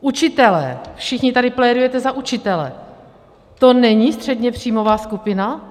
Učitelé, všichni tady plédujete za učitele, to není středněpříjmová skupina?